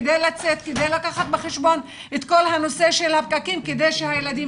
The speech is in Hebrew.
כדי לקחת בחשבון את כל הנושא של הפקקים כדי שהילדים